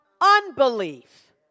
unbelief